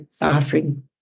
offering